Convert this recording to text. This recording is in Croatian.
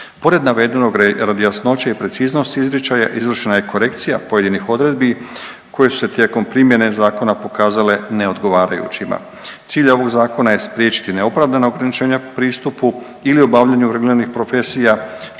Pored navedenog radi jasnoće i preciznosti izričaja izvršena je korekcija pojedinih odredbi koje su se tijekom primjene zakona pokazale neodgovarajućima. Cilj ovog zakona je spriječiti neopravdana ograničenja pristupu ili obavljanju reguliranih profesija,